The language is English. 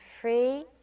free